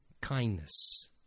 kindness